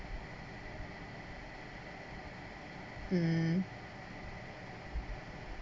mm